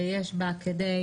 שיש בה כדי